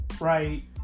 Right